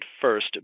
first